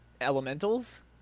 elementals